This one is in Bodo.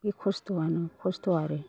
बे खस्थ'आनो खस्थ' आरो